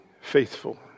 Faithful